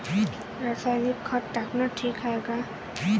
रासायनिक खत टाकनं ठीक हाये का?